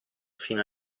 fino